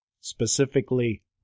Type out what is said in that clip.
specifically